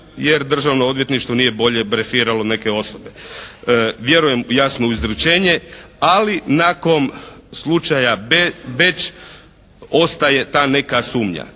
jer Državno odvjetništvo nije bolje brefiralo neke osobe. Vjerujem jasno u izručenje ali nakon slučaja Beč ostaje ta neka sumnja.